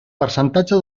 percentatge